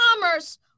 commerce